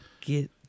get